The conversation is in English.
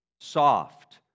soft